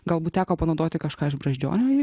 galbūt teko panaudoti kažką iš brazdžionio